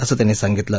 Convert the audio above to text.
असं त्यांनी सांगितलं